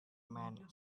man